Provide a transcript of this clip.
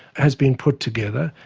has been put together,